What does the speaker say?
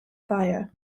fire